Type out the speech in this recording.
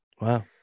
wow